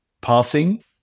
passing